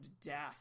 death